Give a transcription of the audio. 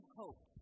hope